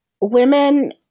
women